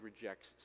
rejects